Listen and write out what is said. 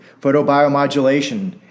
Photobiomodulation